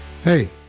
Hey